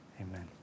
Amen